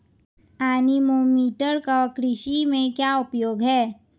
Anemometer का कृषि में क्या उपयोग है?